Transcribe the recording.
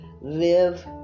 live